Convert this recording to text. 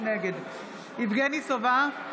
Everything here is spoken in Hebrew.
(קוראת בשמות חברי הכנסת) יבגני סובה,